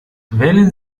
wählen